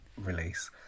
release